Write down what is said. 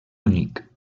únic